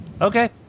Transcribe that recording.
okay